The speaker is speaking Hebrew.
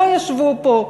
לא ישבו פה.